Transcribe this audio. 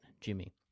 Jimmy